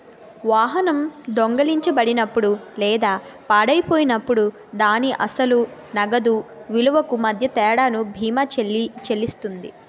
వాహనం దొంగిలించబడినప్పుడు లేదా పాడైపోయినప్పుడు దాని అసలు నగదు విలువకు మధ్య తేడాను బీమా చెల్లిస్తుంది